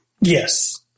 Yes